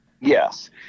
Yes